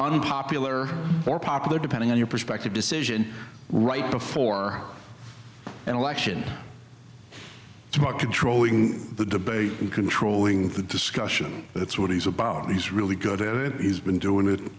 unpopular or popular depending on your perspective decision right before an election it's about controlling the debate and controlling the discussion that's what he's about he's really good he's been doing